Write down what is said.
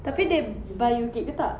tapi they buy you cake ke tak